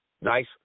Nice